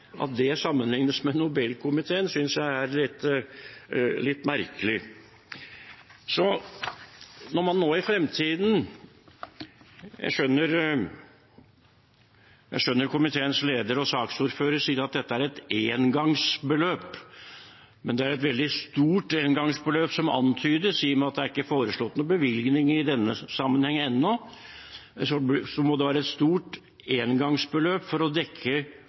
litt merkelig. Jeg skjønner komiteens leder og saksordfører som sier at dette er et engangsbeløp, men det er et veldig stort engangsbeløp som antydes. I og med at det ennå ikke er foreslått noen bevilgning i denne sammenheng, må det være et stort engangsbeløp for å dekke